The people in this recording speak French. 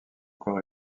corps